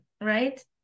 right